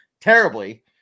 terribly